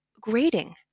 grading